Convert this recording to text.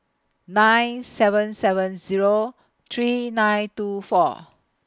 nine seven seven Zero three nine two four